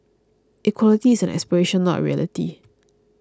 equality is an aspiration not a reality